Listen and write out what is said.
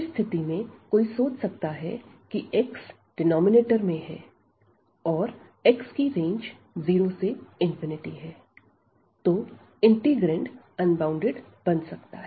इस स्थिति में कोई सोच सकता है की x डिनॉमिनेटर में है और x की रेंज 0 से है तो इंटीग्रैंड अनबॉउंडेड बन सकता है